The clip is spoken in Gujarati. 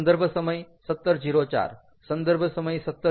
સંદર્ભ સમય 1704 સંદર્ભ સમય 1706